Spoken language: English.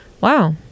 Wow